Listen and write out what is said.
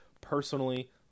personally